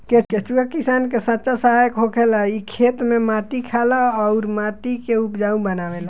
केचुआ किसान के सच्चा सहायक होखेला इ खेत में माटी खाला अउर माटी के उपजाऊ बनावेला